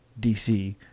DC